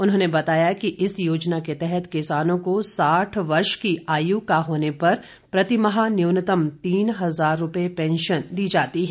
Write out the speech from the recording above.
उन्होंने बताया कि इस योजना के तहत किसानों को साठ वर्ष की आय का होने पर प्रतिमाह न्यूनतम तीन हजार रूपये पेंशन दी जाती है